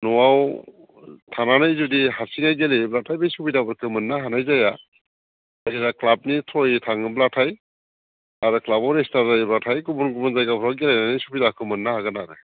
न'वाव थानानै जुदि हारसिङै गेलेयोब्लाथाय बे सुबिदाफोरखौ मोननो हानाय जाया जेब्ला क्लाबनि ट्रयै थाङोब्लाथाय आरो क्लाबआव रेजिस्टार जायोब्लाथाइ गुबुन गुबुन जायगाफ्राव गेलेनायनि सुबिदाखौ मोननो हागोन आरो